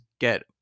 get